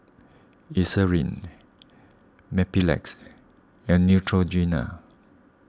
Eucerin Mepilex and Neutrogena